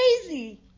crazy